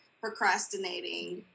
procrastinating